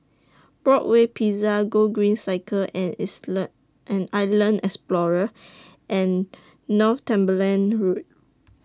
Broadway Pizza Gogreen Cycle and Islam and Island Explorer and Northumberland Road